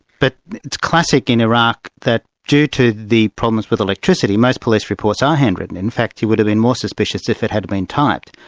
but it's classic in iraq that due to the problems with electricity, most police reports are handwritten. in fact you would have been more suspicious if it had have been typed.